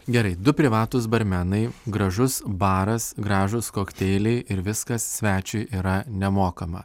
gerai du privatūs barmenai gražus baras gražūs kokteiliai ir viskas svečiui yra nemokama